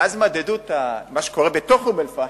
ואז מדדו את מה שקורה בתוך אום-אל-פחם,